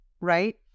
right